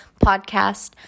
podcast